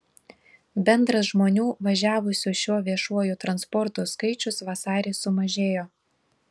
bendras žmonių važiavusių šiuo viešuoju transportu skaičius vasarį sumažėjo